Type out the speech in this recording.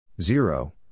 zero